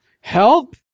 Help